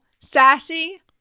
sassy